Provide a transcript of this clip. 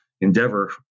endeavor